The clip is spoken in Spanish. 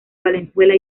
valenzuela